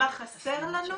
מה חסר לנו?